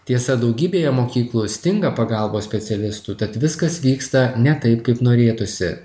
tiesa daugybėje mokyklų stinga pagalbos specialistų tad viskas vyksta ne taip kaip norėtųsi